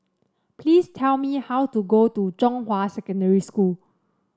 please tell me how to go to Zhonghua Secondary School